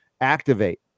activate